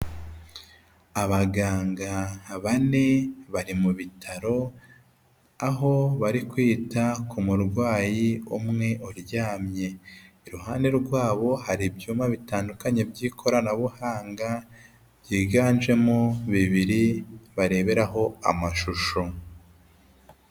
Abaganga bane bari mu bitaro aho bari kwita ku murwayi umwe uryamye, iruhande rwabo hari ibyumba bitandukanye by'ikoranabuhanga byiganjemo bibiri bareberaho amashusho.